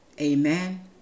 Amen